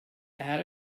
add